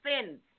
sins